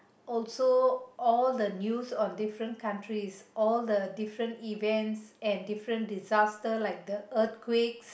also all the news on different countries all the different events and different disaster like the earthquake